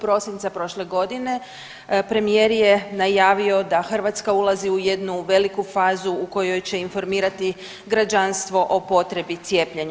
Prosinca prošle godine premijer je najavio da Hrvatska ulazi u jednu veliku fazu u kojoj će informirati građanstvo o potrebi cijepljenja.